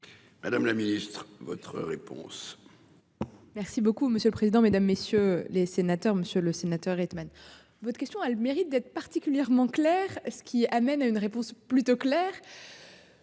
Madame la ministre, votre réponse. Merci beaucoup monsieur le président, Mesdames, messieurs les sénateurs, Monsieur le Sénateur, Hitman. Votre question a le mérite d'être particulièrement. Ce qui amène à une réponse plutôt clair.